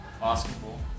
Basketball